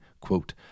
quote